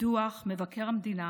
דוח מבקר המדינה